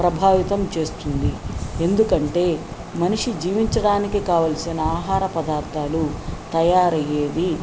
ప్రభావితం చేస్తుంది ఎందుకంటే మనిషి జీవించడానికి కావాల్సిన ఆహార పదార్థాలు తయారయ్యేవి